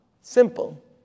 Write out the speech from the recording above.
Simple